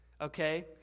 okay